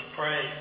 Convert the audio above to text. pray